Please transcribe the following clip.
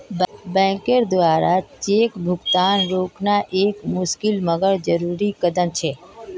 बैंकेर द्वारा चेक भुगतान रोकना एक मुशिकल मगर जरुरी कदम छे